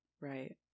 Right